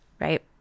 right